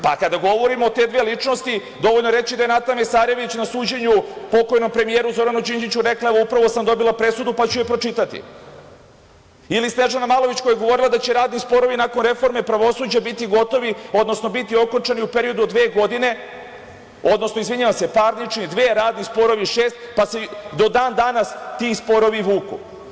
Pa, kada govorimo o te dve ličnosti dovoljno je reći da je Nata Mesarević na suđenju pokojnom premijeru Zoranu Đinđiću rekla - upravo sam dobila presudu, pa ću je pročitati ili Snežana Malović koja je govorila da će radni sporovi nakon reforme pravosuđa biti gotovi, odnosno biti okončani u periodu od dve godine, odnosno, izvinjavam se, parnične dve, radni sporovi šest, pa se do dan danas ti sporovi vuku.